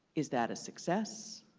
is that a success?